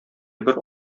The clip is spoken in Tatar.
бер